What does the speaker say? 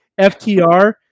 FTR